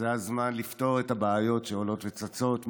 זה הזמן לפתור את הבעיות שעולות וצצות,